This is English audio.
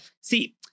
see